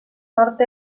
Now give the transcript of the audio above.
nord